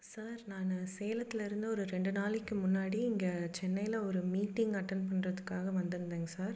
sir நான் சேலத்திலருந்து ஒரு ரெண்டு நாளைக்கு முன்னாடி இங்கே சென்னையில் ஒரு மீட்டிங் அட்டன் பண்ணுறதுக்காக வந்திருந்தேங்க சார்